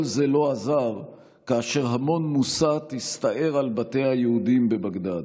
כל זה לא עזר כאשר המון מוסת הסתער על בתי היהודים בבגדאד.